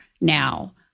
now